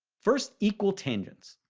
first, equal tangents.